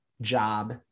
job